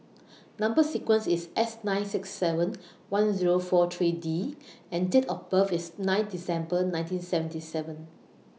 Number sequence IS S nine six seven one Zero four three D and Date of birth IS nine December nineteen seventy seven